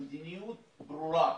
המדיניות ברורה